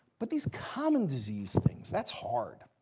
but these common disease things, that's hard.